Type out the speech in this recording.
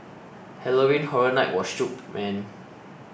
Halloween Horror Night was shook man